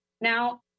Now